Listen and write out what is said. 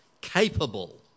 capable